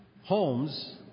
homes